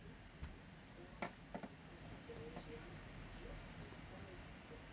hi